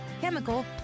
chemical